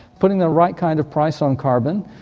putting the right kind of price on carbon,